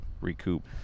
recoup